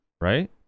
right